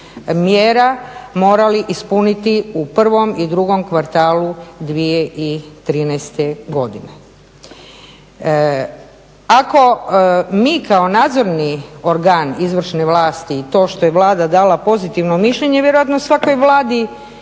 mjera morali ispuniti u prvom i drugom kvartalu 2013. godine. Ako mi kao nadzorni organ izvršne vlasti i to što je Vlada dala pozitivno mišljenje vjerojatno svakoj Vladi